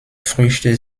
früchte